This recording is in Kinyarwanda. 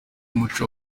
umuco